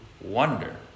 wonder